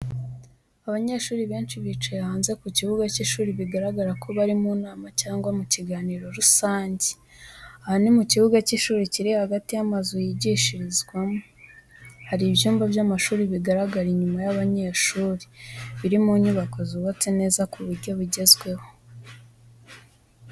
Abanyeshuri benshi bicaye hanze ku kibuga cy’ishuri, bigaragara ko bari mu nama cyangwa mu kiganiro rusange. Aha ni mu kibuga cy’ishuri kiri hagati y’amazu yigishirizwamo. Hari ibyumba by'amashuri bigaragara inyuma y’abanyeshuri, biri mu nyubako zubatse neza ku buryo bugezweho.